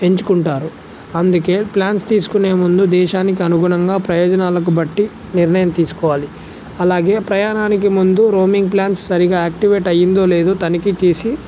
ఎంచుకుంటారు అందుకే ప్లాన్స్ తీసుకునే ముందు దేశానికి అనుగుణంగా ప్రయోజనాలకు బట్టి నిర్ణయం తీసుకోవాలి అలాగే ప్రయాణానికి ముందు రోమింగ్ ప్లాన్స్ సరిగా యాక్టివేట్ అయ్యిందో లేదో తనిఖీ తీసి